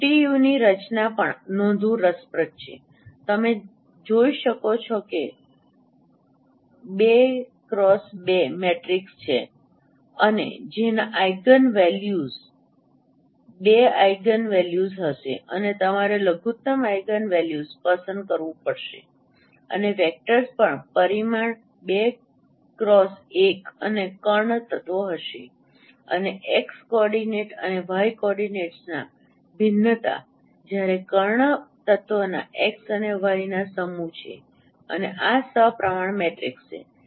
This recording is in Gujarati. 𝑈𝑇𝑈 ની રચના પણ નોંધવું રસપ્રદ છે તમે જોઈ શકો છો કે તે 2 X 2 મેટ્રિક્સ છે અને જેના ઇગિનવેલ્યુઝ 2 ઇગિનવેલ્યુઝ હશે અને તમારે લઘુત્તમ ઇગિનવેલ્યુઝ પસંદ કરવું પડશે અને વેક્ટર્સ પણ પરિમાણ 2 X 1 અને કર્ણ તત્વો હશે અને એક્સ કોઓર્ડિનેટ્સ અને વાય કોઓર્ડિનેટ્સના ભિન્નતા જ્યારે કર્ણ તત્વોના એક્સ અને વાય ના સમૂહ છે અને આ સપ્રમાણ મેટ્રિક્સ છે